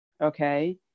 okay